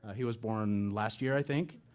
he was born last year, i think,